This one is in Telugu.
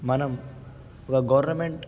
మనం ఒక గవర్నమెంట్